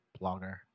blogger